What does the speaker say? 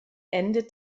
endet